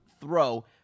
throw